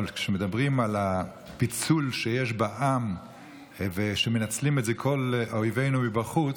אבל כשמדברים על הפיצול שיש בעם שמנצלים את זה כל אויבינו מבחוץ,